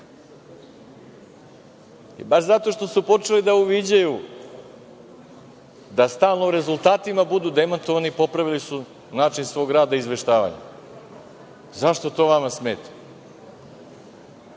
Baš zato što su počeli da uviđaju da stalno u rezultatima budu demantovani, popravili su način svog rada i izveštavanja. Zašto to vama smeta?